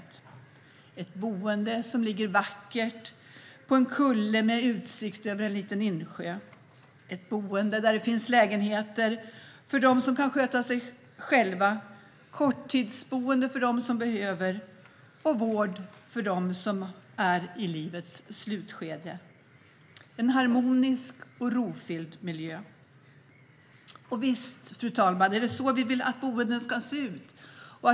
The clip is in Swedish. Det är ett boende som ligger vackert på en kulle med utsikt över en liten insjö, ett boende där det finns lägenheter för dem som kan sköta sig själva, korttidsboende för dem som behöver det och vård för dem som är i livets slutskede. Det är en harmonisk och rofylld miljö. Fru talman! Visst är det så vi vill att boenden ska se ut.